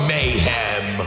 Mayhem